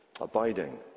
Abiding